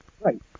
Right